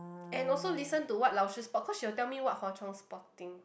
and also listen to what 老师 spot cause she will tell me what's Hwa-Chong spotting